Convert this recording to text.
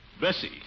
Bessie